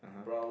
(uh huh)